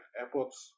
airports